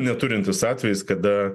neturintis atvejis kada